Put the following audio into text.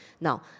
Now